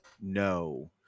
No